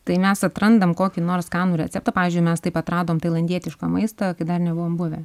tai mes atrandam kokį nors skanų receptą pavyzdžiui mes taip atradom tailandietišką maistą kai dar nebuvom buvę